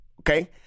Okay